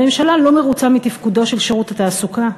הממשלה לא מרוצה מתפקודו של שירות התעסוקה?